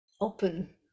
open